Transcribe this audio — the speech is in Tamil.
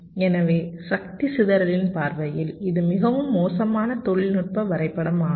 எனவே சக்தி சிதறலின் பார்வையில் இது மிகவும் மோசமான தொழில்நுட்ப வரைபடமாகும்